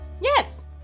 yes